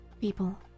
people